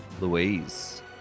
Louise